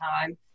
time